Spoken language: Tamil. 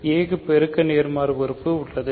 a க்கு பெருக்க நேர்மாறு உறுப்பு உள்ளது